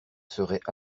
seraient